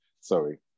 Sorry